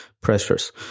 pressures